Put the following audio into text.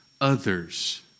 others